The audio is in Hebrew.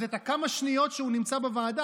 אז את הכמה שניות שהוא נמצא בוועדה,